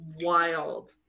wild